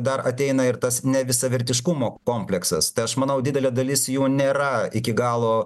dar ateina ir tas nevisavertiškumo kompleksas tai aš manau didelė dalis jų nėra iki galo